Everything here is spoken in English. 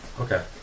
Okay